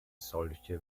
solche